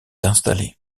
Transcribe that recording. installé